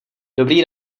dobrý